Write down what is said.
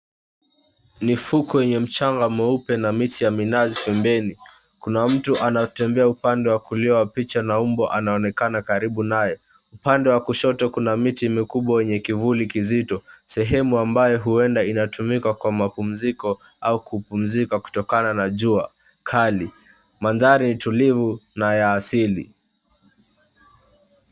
Ni ufukwe wenye mchanga mweupe na miti ya minazi pembeni. Kuna mtu anatembea upande wa kulia wa picha na umbwa anaonekana karibu naye. Upande wa kushoto kuna miti mikubwa yenye kivuli kizito. Sehemu ambayo uenda inatumika kwa mapumziko au kupumzika kutokana na jua kali. Mandhari ni tulivu na ya asili.